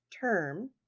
term